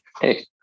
hey